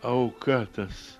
auka tas